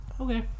Okay